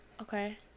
Okay